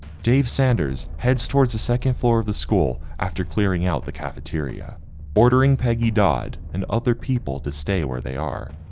dave sanders heads towards the second floor of the school after clearing out the cafeteria ordering peggy dodd and other people to stay where they are.